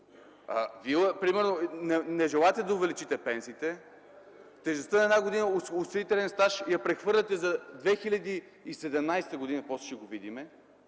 г.! Вие не желаете да увеличите пенсиите. Тежестта на една година осигурителен стаж я прехвърляте за 2017 г., после ще го видим,